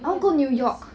I want go new york